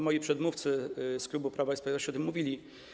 Moi przedmówcy z klubu Prawa i Sprawiedliwości o tym mówili.